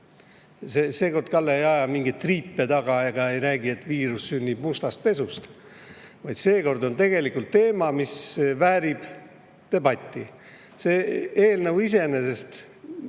Seekord Kalle ei aja mingeid triipe taga ega räägi, et viirus sünnib mustast pesust. Seekord on tegelikult teema, mis väärib debatti. Seda eelnõu iseenesest